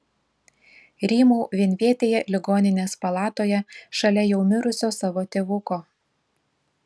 rymau vienvietėje ligoninės palatoje šalia jau mirusio savo tėvuko